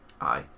aye